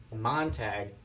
Montag